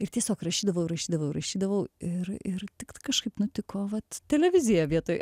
ir tiesiog rašydavau rašydavau rašydavau ir ir tik kažkaip nutiko vat televizija vietoj